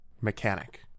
mechanic